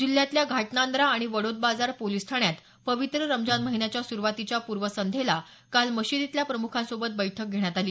जिल्ह्यातल्या घाटनांद्रा आणि वडोद बाजार पोलीस ठाण्यात पवित्र रमजान महिन्याच्या सुरूवातीच्या पूर्व संध्येला काल मशिदीतल्या प्रमुखांसोबत बैठक घेण्यात आली